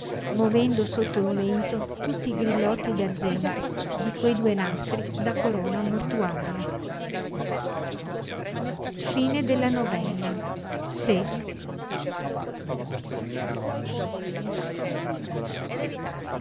movendo sotto il mento tutti i grillotti d'argento di quei due nastri da corona mortuaria